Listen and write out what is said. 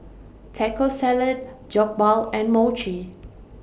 Taco Salad Jokbal and Mochi